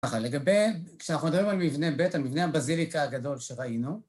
אז ככה כשאנחנו מדברים על מבנה ב', על מבנה הבזיליקה הגדול שראינו